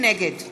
נגד